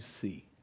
see